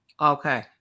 Okay